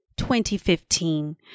2015